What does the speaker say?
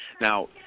Now